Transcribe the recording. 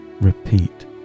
repeat